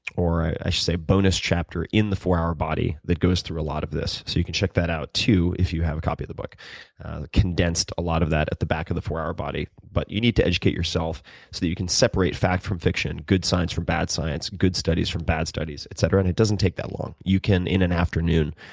or i should say a bonus chapter in the four hour body that foes through a lot of this, so you can check that out too, if you have a copy of the book. i condensed a lot of that at the back of the four hour body. but you need to educate yourself, so that you can separate fact from fiction, good science from bad science, good studies from bad studies, etc, and doesn't take that long. you can in an afternoon,